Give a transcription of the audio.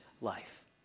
life